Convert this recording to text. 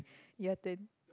ya then